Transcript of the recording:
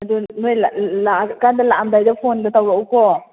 ꯑꯗꯨ ꯅꯣꯏ ꯂꯥꯛꯑꯀꯥꯟꯗ ꯂꯥꯛꯑꯝꯗꯥꯏꯗ ꯐꯣꯟꯗꯣ ꯇꯧꯔꯛꯎꯀꯣ